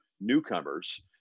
newcomers